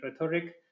rhetoric